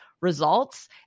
results